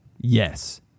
Yes